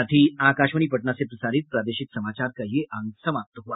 इसके साथ ही आकाशवाणी पटना से प्रसारित प्रादेशिक समाचार का ये अंक समाप्त हुआ